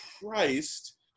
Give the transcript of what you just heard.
Christ